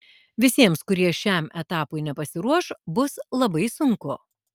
visiems kurie šiam etapui nepasiruoš bus labai sunku